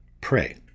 Pray